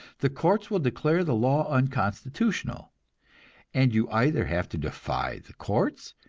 the courts will declare the law unconstitutional and you either have to defy the courts,